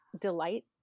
delight